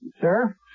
sir